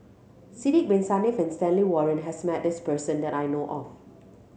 Sidek Bin Saniff and Stanley Warren has met this person that I know of